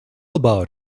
about